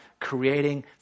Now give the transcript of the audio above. creating